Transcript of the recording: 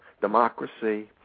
democracy